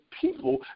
people